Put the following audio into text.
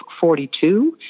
42